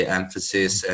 emphasis